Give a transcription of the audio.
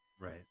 Right